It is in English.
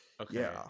Okay